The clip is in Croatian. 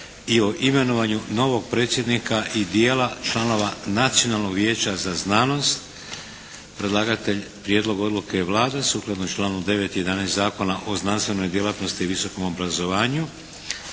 i imenovanju novog predsjednika i dijela članova Nacionalnog vijeća za znanost Predlagatelj, prijedlog odluke je Vlada sukladno članku 9. i 11. Zakona o znanstvenoj djelatnosti i visokom obrazovanju.